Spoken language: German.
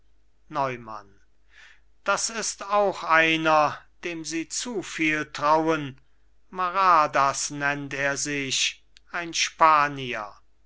neumann das ist auch einer dem sie zu viel trauen maradas nennt er sich ein spanier